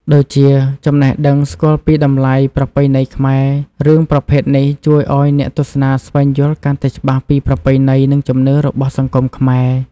ដូចជា ចំណេះដឹងស្គាល់ពីតម្លៃប្រពៃណីខ្មែរ រឿងប្រភេទនេះជួយឱ្យអ្នកទស្សនាស្វែងយល់កាន់តែច្បាស់ពីប្រពៃណី និងជំនឿរបស់សង្គមខ្មែរ។